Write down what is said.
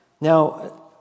now